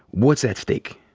what's at stake?